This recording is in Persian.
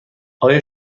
آیا